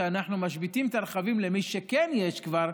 כשאנחנו משביתים את הרכבים למי שכן יש כבר,